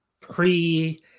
pre